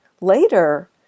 later